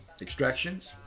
extractions